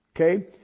Okay